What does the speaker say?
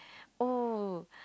oh